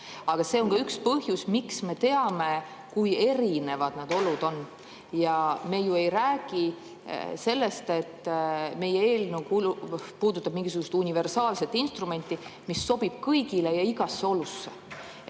Aga see on ka üks põhjus, miks me teame, kui erinevad need olud on. Me ju ei räägi sellest, et meie eelnõu puudutab mingisugust universaalset instrumenti, mis sobib kõigile ja igasse olusse.